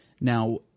Now